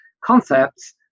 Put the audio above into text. concepts